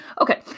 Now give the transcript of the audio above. Okay